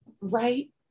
Right